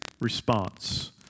response